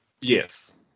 Yes